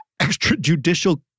extrajudicial